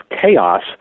chaos